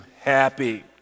happy